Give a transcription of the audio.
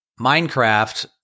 Minecraft